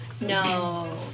No